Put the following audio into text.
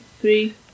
three